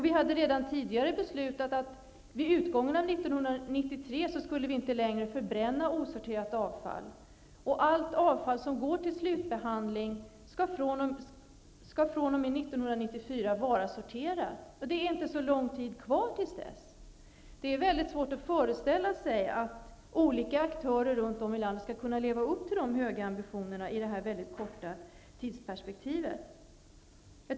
Vi hade redan tidigare beslutat att vid utgången av 1993 skulle vi inte längre förbränna osorterat avfall. Allt avfall som går till slutbehandling skall fr.o.m. 1994 vara sorterat. Det är inte så lång tid kvar tills dess. Det är väldigt svårt att föreställa sig att olika aktörer runt om i landet skall kunna leva upp till de höga ambitionerna i det här mycket korta tidsperspektivet.